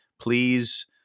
please